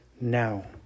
now